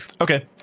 Okay